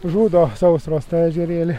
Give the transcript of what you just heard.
žudo sausros tą ežerėlį